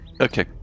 Okay